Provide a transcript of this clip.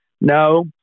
No